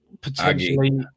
potentially